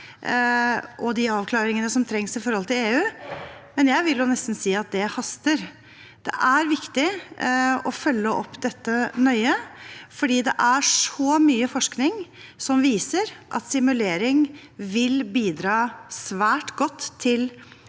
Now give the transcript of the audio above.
og de avklaringene som trengs overfor EU, men jeg vil nesten si at det haster. Det er viktig å følge opp dette nøye fordi det er så mye forskning som viser at simulering vil bidra svært godt til